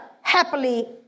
happily